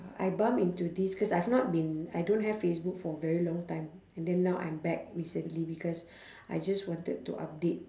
I bump into this cause I've not been I don't have facebook for a very long time and then now I'm back recently because I just wanted to update